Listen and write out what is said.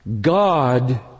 God